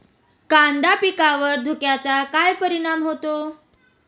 कांदा पिकावर धुक्याचा काय परिणाम होतो?